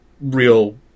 real